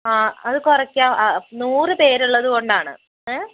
ആ അത് കുറയ്ക്കാം നൂറ് പേരുള്ളത് കൊണ്ടാണ് ഏ